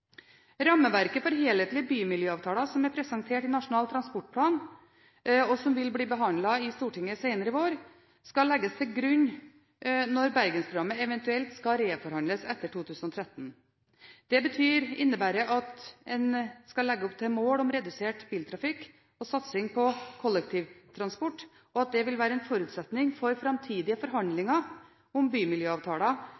Rammeverket for helhetlige bymiljøavtaler, som er presentert i Nasjonal transportplan, og som vil bli behandlet i Stortinget senere i vår, skal legges til grunn når Bergensprogrammet eventuelt skal reforhandles etter 2013. Det innebærer at en skal legge opp til et mål om redusert biltrafikk og satsing på kollektivtransport, og at dette vil være en forutsetning for framtidige